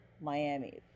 Miami